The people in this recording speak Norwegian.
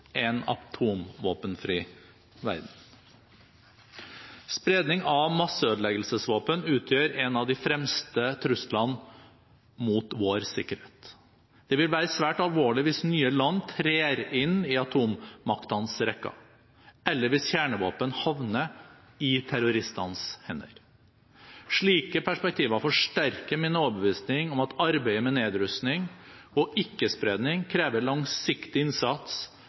en atomvåpenfri verden. Spredning av masseødeleggelsesvåpen utgjør en av de fremste truslene mot vår sikkerhet. Det vil være svært alvorlig hvis nye land trer inn i atommaktenes rekker eller hvis kjernevåpen havner i terroristenes hender. Slike perspektiver forsterker min overbevisning om at arbeidet med nedrustning og ikke-spredning krever langsiktig innsats